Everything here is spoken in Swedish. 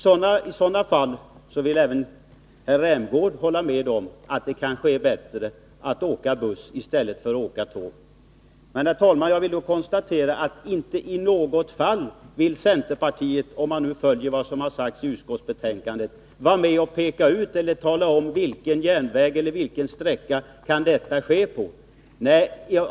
Rolf Rämgård vill hålla med om att det i sådana fall kan vara bättre att åka buss än att åka tåg. Men jag vill, herr talman, konstatera att centerpartiet inte i något fall vill vara med om att peka ut vilken järnväg eller järnvägssträcka som kan läggas ned —- om man nu följer vad som har sagts i utskottsbetänkandet.